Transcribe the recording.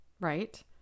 right